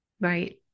right